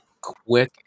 Quick